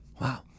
wow